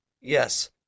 Yes